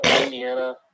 Indiana